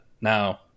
Now